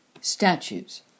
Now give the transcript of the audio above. Statues